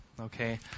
Okay